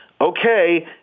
okay